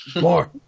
More